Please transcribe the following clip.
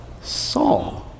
Saul